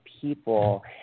people